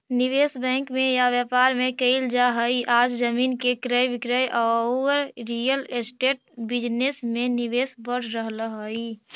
निवेश बैंक में या व्यापार में कईल जा हई आज जमीन के क्रय विक्रय औउर रियल एस्टेट बिजनेस में निवेश बढ़ रहल हई